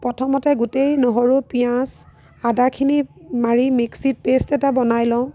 প্ৰথমতে গোটেই নহৰু পিঁয়াজ আদাখিনি মাৰি মিক্সিত পেষ্ট এটা বনাই লওঁ